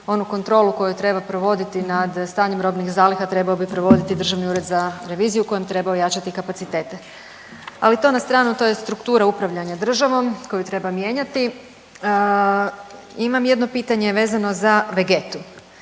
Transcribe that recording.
Onu kontrolu koju treba provoditi nad stanjem robnih zaliha trebao bi provoditi Državni ured za reviziju kojem treba ojačati kapacitete. Ali to na stranu, to je struktura upravljanja državom koju treba mijenjati. Imam jedno pitanje vezano za Vegetu.